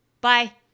Bye